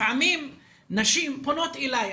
לפעמים נשים פונות אליי,